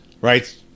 right